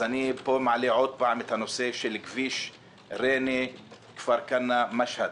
אני מעלה פה שוב את הנושא של כביש ריינה-כפר כנא-משהד.